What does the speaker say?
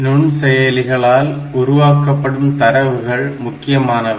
நுண்செயலிகளால் உருவாக்கப்படும் தரவுகள் முக்கியமானவை